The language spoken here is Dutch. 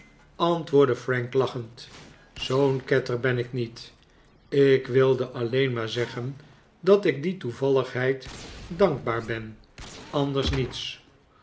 antwoordde frank lachend zoo n ketter ben ik niet ik wilde alleen maar zeggen dat ik die toevalligheid dankbaar ben anders niets